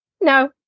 No